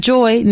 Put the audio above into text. Joy